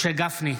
משה גפני,